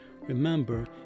Remember